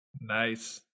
Nice